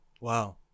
Wow